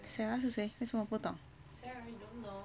sarah 是谁为什么我不懂